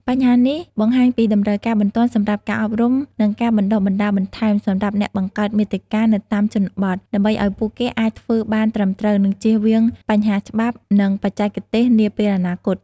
បញ្ហានេះបង្ហាញពីតម្រូវការបន្ទាន់សម្រាប់ការអប់រំ និងការបណ្តុះបណ្តាលបន្ថែមសម្រាប់អ្នកបង្កើតមាតិកានៅតាមជនបទ ដើម្បីឲ្យពួកគេអាចធ្វើបានត្រឹមត្រូវ និងចៀសវាងបញ្ហាច្បាប់ ឬបច្ចេកទេសនាពេលអនាគត។